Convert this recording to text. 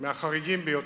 מהחריגים ביותר.